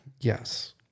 Yes